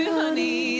honey